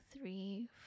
three